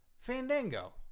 Fandango